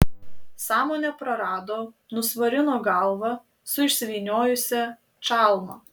sąmonę prarado nusvarino galvą su išsivyniojusia čalma